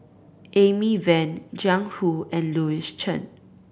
Amy Van Jiang Hu and Louis Chen